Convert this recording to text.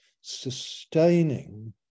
sustaining